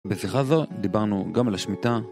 בשיחה זו דיברנו גם על השמיטה